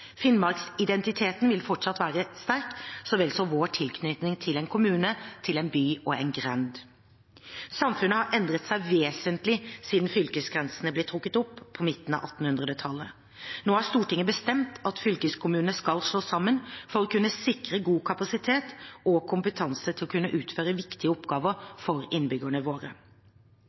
Finnmarksidentiteten vil fortsatt være sterk, så vel som vår tilknytning til en kommune, en by og en grend. Samfunnet har endret seg vesentlig siden fylkesgrensene ble trukket opp på midten av 1800-tallet. Nå har Stortinget bestemt at fylkeskommunene skal slås sammen for å kunne sikre god kapasitet og kompetanse til å kunne utføre viktige oppgaver for innbyggerne våre.